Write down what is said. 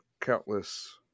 countless